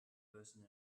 person